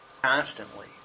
constantly